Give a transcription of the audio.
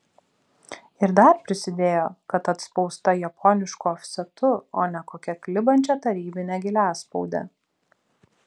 ir dar prisidėjo kad atspausta japonišku ofsetu o ne kokia klibančia tarybine giliaspaude